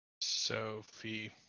Sophie